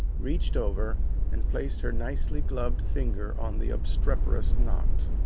reached over and placed her nicely gloved finger on the obstreperous knot.